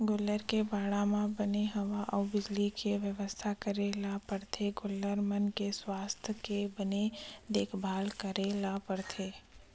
गोल्लर के बाड़ा म बने हवा अउ बिजली के बेवस्था करे ल परथे गोल्लर मन के सुवास्थ के बने देखभाल करे ल परथे